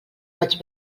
vaig